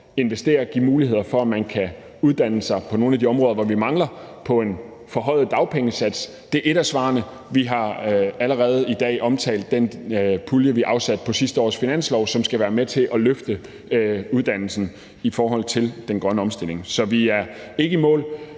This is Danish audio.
investere og give muligheder for, at man på en forhøjet dagpengesats kan uddanne sig på nogle af de områder, hvor vi mangler arbejdskraft. Det er et af svarene. Vi har allerede i dag omtalt den pulje, vi afsatte på sidste års finanslov, som skal være med til at løfte uddannelsen i forhold til den grønne omstilling. Så vi er ikke i mål,